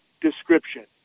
description